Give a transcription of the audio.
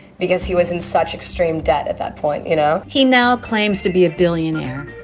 because he was in such extreme debt at that point. you know he now claims to be a billionaire,